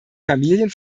familien